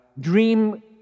dream